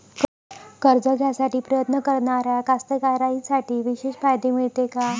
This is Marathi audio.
कर्ज घ्यासाठी प्रयत्न करणाऱ्या कास्तकाराइसाठी विशेष फायदे मिळते का?